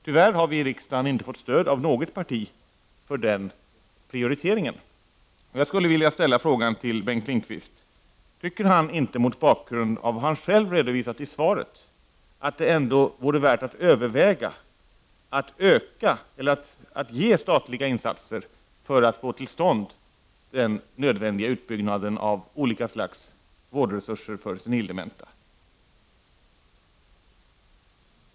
Tyvärr har vi i riksdagen inte fått stöd av något parti för den prioriteringen. Tycker Bengt Lindqvist inte mot bakgrund av vad han själv har redovisat i svaret, att det ändå vore värt att överväga att göra statliga insatser för att få till stånd den nödvändiga utbyggnaden av olika slags vårdresurser för senildementa?